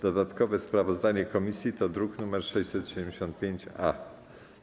Dodatkowe sprawozdanie komisji to druk nr 675-A.